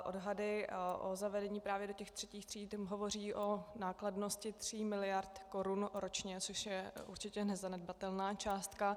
Odhady o zavedení právě do těch třetích tříd hovoří o nákladnosti tří miliard korun ročně, což je určitě nezanedbatelná částka.